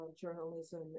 journalism